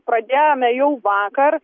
pradėjome jau vakar